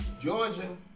Georgia